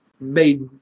made